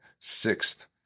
sixth